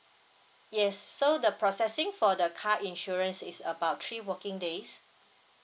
yes so the processing for the car insurance is about three working days